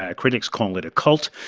ah critics call it a cult.